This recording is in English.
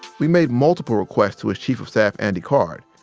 we made multiple requests to his chief of staff, andy card,